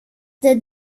det